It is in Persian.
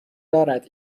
دارد